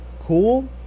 cool